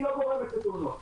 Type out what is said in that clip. היא לא גורמת לתאונות.